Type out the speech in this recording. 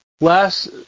Last